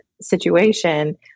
situation